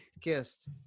kissed